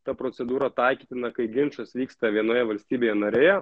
ta procedūra taikytina kai ginčas vyksta vienoje valstybėje narėje